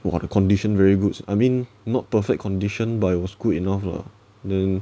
!wah! the condition very good I mean not perfect condition by was good enough lah then